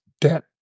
debt